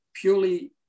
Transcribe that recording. purely